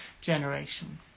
generation